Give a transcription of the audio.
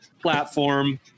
platform